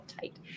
tight